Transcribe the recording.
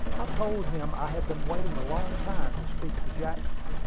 i told him i had been waiting a long time to speak to jackman.